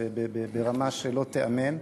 ברמה שלא תיאמן,